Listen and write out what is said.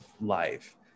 life